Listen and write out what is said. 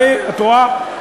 את רואה?